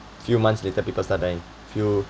few months later people start dying few